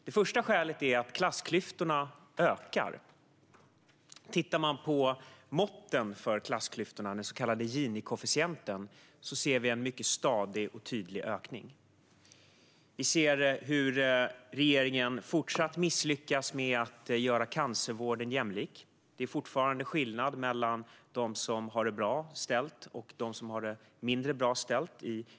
Det första skälet är att klassklyftorna ökar. Tittar man på måtten för klassklyftorna, den så kallade Gini-koefficienten, ser man en mycket stadig och tydlig ökning. Vi ser hur regeringen fortsatt misslyckas med att göra cancervården jämlik. Det är fortfarande skillnad i vilken vård man får mellan dem som har det bra ställt och dem som har det mindre bra ställt.